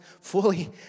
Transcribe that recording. fully